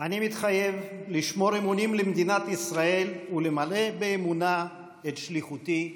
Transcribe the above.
אני מתחייב לשמור אמונים למדינת ישראל ולמלא באמונה את שליחותי בכנסת.